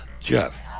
Jeff